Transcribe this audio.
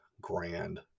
grand